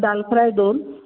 दाल fry दोन